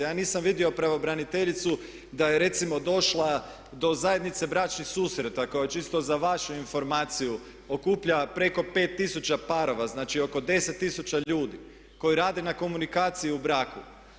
Ja nisam vidio pravobraniteljicu da je recimo došla do zajednice bračnih susreta koja čisto za vašu informaciju okuplja preko 5000 parova, znači oko 10 000 ljudi koji rade na komunikaciji u braku.